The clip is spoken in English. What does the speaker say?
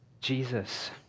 Jesus